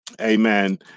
Amen